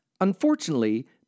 Unfortunately